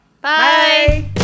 Bye